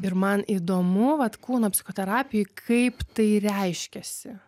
ir man įdomu vat kūno psichoterapijoj kaip tai reiškiasi